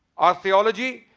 our theology.